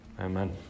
Amen